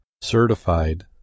certified